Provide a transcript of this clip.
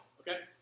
Okay